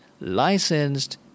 licensed